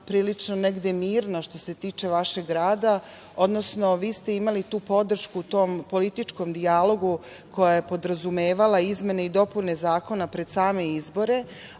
prilično mirna što se tiče vašeg rada, odnosno vi ste imali tu podršku tom političkom dijalogu, koja je podrazumevala izmene i dopune zakona pred same izbore,